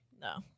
no